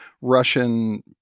Russian